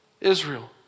Israel